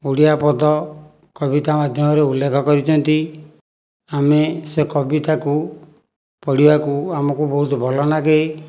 ଓଡ଼ିଆ ପଦ କବିତା ମାଧ୍ୟମରେ ଉଲ୍ଲେଖ କରିଛନ୍ତି ଆମେ ସେ କବିତାକୁ ପଢ଼ିବାକୁ ଆମକୁ ବହୁତ ଭଲ ଲାଗେ